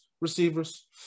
receivers